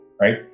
right